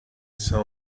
saw